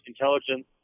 intelligence